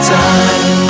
time